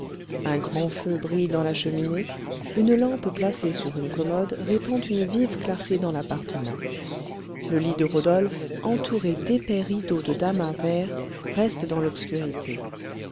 un grand feu brille dans la cheminée une lampe placée sur une commode répand une vive clarté dans l'appartement le lit de rodolphe entouré d'épais rideaux de damas vert reste dans l'obscurité